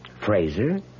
Fraser